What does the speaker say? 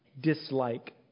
dislike